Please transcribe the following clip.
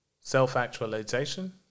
self-actualization